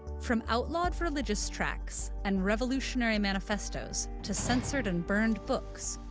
from outlawed religious tracts and revolutionary manifestos to censored and burned books,